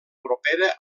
propera